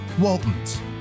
Walton's